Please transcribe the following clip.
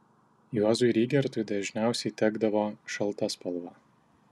juozui rygertui dažniausiai tekdavo šalta spalva